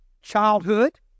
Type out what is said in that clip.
childhood